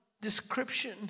description